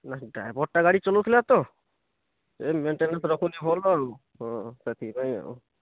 ନାହିଁ ଡ୍ରାଇଭର୍ଟା ଗାଡ଼ି ଚଲାଉଥିଲା ତ ଏ ମେଣ୍ଟେନାସ୍ ରଖୁନି ଭଲ୍ ଆଉ ହଁ ସେଥିପାଇଁ ଆଉ